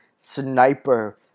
Sniper